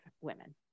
women